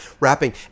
rapping